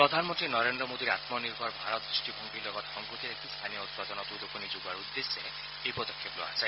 প্ৰধানমন্ত্ৰী নৰেন্দ্ৰ মোদীৰ আন্ম নিৰ্ভৰ ভাৰত দৃষ্টিভংগীৰ লগত সংগতি ৰাখি স্থানীয় উৎপাদনত উদগনি যগোৱাৰ উদ্দেশ্যে এই পদক্ষেপ লোৱা হৈছে